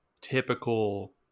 typical